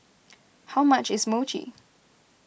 how much is Mochi